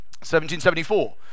1774